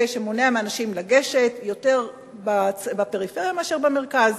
מונע מאנשים לגשת יותר בפריפריה מאשר במרכז.